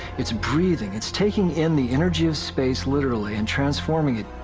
it's breathing. it's taking in the energy of space literally and transforming it.